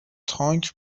تانک